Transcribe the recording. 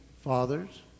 fathers